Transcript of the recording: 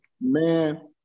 Man